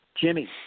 Jimmy